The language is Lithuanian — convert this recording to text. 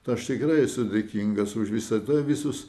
ta aš tikrai esu dėkingas už visada visus